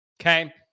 Okay